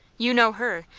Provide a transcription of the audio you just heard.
you know her!